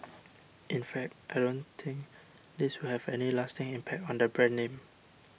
in fact I don't think this will have any lasting impact on the brand name